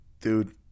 dude